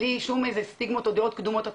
בלי שום סטיגמות או דעות קדומות אתה